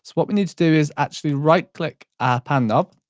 what we need to do is actually right click our pan knob,